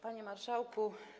Panie Marszałku!